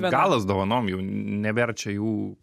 galas dovanom jau nebėr čia jų